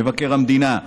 מבקר המדינה,